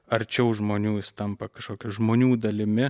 arčiau žmonių jis tampa kažkokia žmonių dalimi